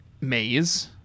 maze